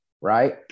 Right